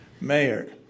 mayor